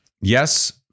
Yes